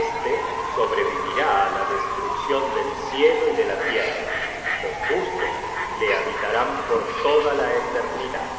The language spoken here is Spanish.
este sobrevivirá á la destruccion del cielo y de la tierra los justos le habitarán por toda la eternidad